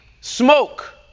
smoke